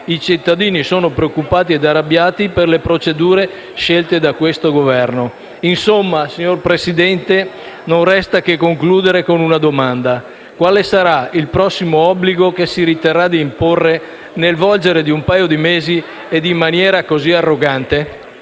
i cittadini sono preoccupati e arrabbiati per le procedure scelte da questo Governo. Insomma, signor Presidente, non resta che concludere con una domanda: quale sarà il prossimo obbligo che si riterrà di imporre nel volgere di un paio di mesi e in maniera così arrogante?